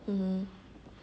mmhmm